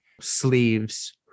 sleeves